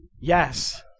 Yes